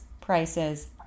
prices